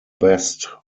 best